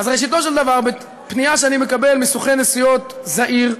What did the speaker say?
ראשיתו של דבר בפנייה שאני מקבל מסוכן נסיעות זעיר,